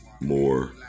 more